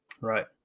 Right